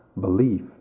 belief